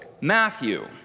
Matthew